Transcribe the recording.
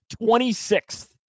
26th